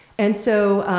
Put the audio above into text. and so,